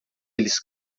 eles